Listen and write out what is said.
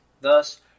Thus